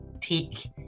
take